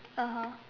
(uh huh)